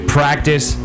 practice